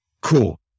cool